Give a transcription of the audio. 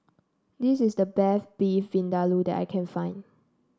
this is the best Beef Vindaloo that I can find